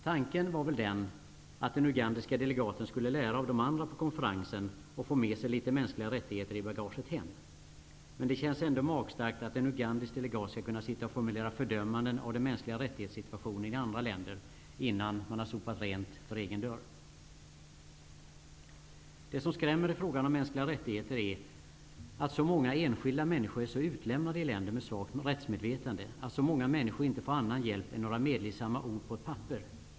Tanken var väl den att den ugandiske delegaten skulle lära av de andra på konferensen och få med sig litet mänskliga rättigheter i bagaget hem. Men det känns ändå magstarkt att en ugandisk delegat ska kunna sitta och formulera fördömanden av mänskliga rättighets-situationen i andra länder innan man sopat rent framför egen dörr. Det som skrämmer i fråga om mänskliga rättigheter är att så många enskilda människor är så utlämnade i länder med svagt rättsmedvetande, att så många människor inte får annan hjälp än några medlidsamma ord på ett papper.